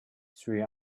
three